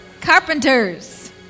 Carpenters